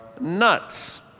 nuts